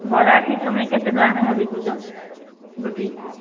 ବରା ଏଠି ତୁମେ କେତେ ଟଙ୍କା ଲେଖାଁ ବିକୁଛ ଗୋଟି